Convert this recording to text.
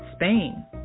Spain